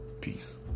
Peace